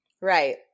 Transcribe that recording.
Right